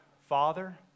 Father